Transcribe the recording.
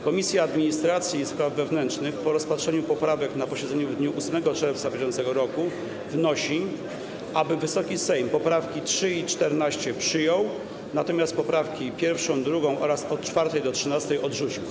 Komisja Administracji i Spraw Wewnętrznych po rozpatrzeniu poprawek na posiedzeniu w dniu 8 czerwca br. wnosi, aby Wysoki Sejm poprawki 3. i 14. przyjął, natomiast poprawki 1., 2. oraz od 4. do 13. odrzucił.